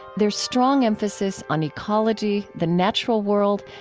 their strong emphasis on ecology, the natural world,